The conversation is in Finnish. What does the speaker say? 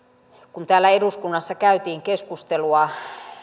kun täällä eduskunnassa käytiin keskustelua